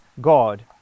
God